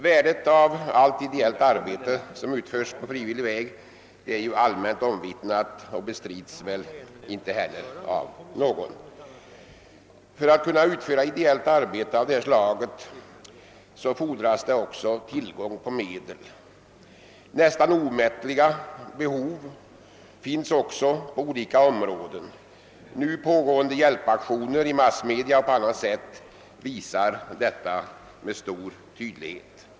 Värdet av allt ideellt arbete som utförs på frivillig väg är allmänt omvittnat och bestrids väl inte heller av någon. För att man skall kunna utföra ideellt arbete av detta slag fordras det tillgång till medel. Nästan omättliga behov finns också på olika områden. Nu pågående hjälpaktioner i bl.a. massmedia visar detta med stor tydlighet.